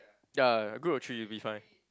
ya group of three will be fine